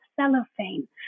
cellophane